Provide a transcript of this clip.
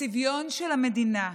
הצביון של המדינה,